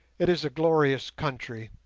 it is a glorious country,